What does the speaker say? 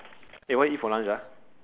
eh what you eat for lunch ah